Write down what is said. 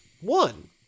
One